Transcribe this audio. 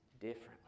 differently